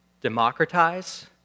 democratize